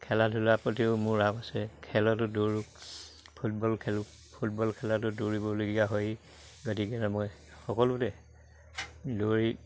খেলা ধূলাৰ প্ৰতিও মোৰ ৰাপ আছে খেলতো দৌৰো ফুটবল খেলোঁ ফুটবল খেলাটো দৌৰিবলগীয়া হয়েই গতিকে মই সকলোতে দৌৰি